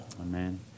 amen